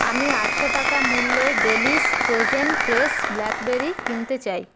আমি আটশো টাকা মূল্যের ডেলিশ ফ্রোজেন ফ্রেশ ব্ল্যাকবেরি কিনতে চাই